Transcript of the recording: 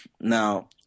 Now